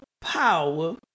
power